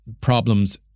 problems